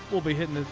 we'll be hitting.